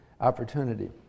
opportunity